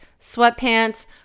Sweatpants